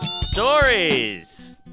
Stories